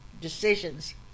decisions